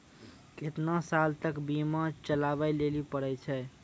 केतना साल तक बीमा चलाबै लेली पड़ै छै?